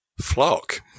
Flock